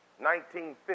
1950